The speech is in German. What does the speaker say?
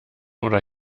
oder